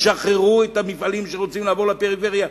שחררו את המפעלים שרוצים לבוא לפריפריה,